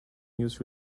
news